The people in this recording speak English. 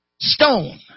Stone